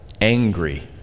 angry